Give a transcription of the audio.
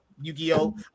Yu-Gi-Oh